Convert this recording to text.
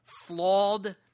flawed